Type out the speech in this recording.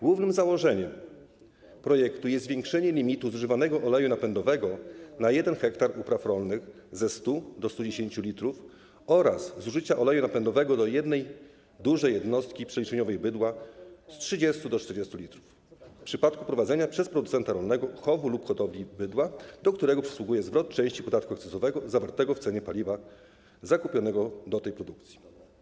Głównym założeniem projektu jest zwiększenie limitu zużywanego oleju napędowego na 1 ha upraw rolnych ze 100 do 110 l oraz zużycia oleju napędowego do jednej dużej jednostki przeliczeniowej bydła z 30 do 40 l w przypadku prowadzenia przez producenta rolnego chowu lub hodowli bydła, do którego przysługuje zwrot części podatku akcyzowego zawartego w cenie paliwa zakupionego do tej produkcji.